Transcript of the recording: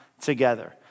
together